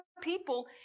people